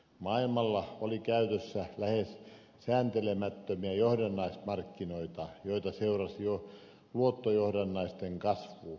maailmalla oli käytössä lähes sääntelemättömiä johdannaismarkkinoita joita seurasi jo luottojohdannaisten kasvu